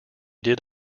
did